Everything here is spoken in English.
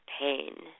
pain